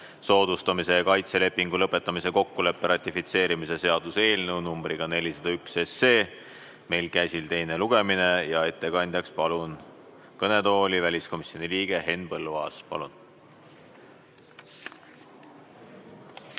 soodustamise ja kaitse lepingu lõpetamise kokkuleppe ratifitseerimise seaduse eelnõu numbriga 401. Meil on käsil teine lugemine. Ettekandjaks palun kõnetooli väliskomisjoni liikme Henn Põlluaasa.